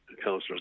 councillors